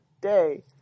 day